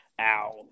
ow